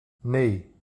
nee